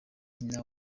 nyina